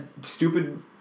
stupid